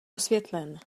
osvětlen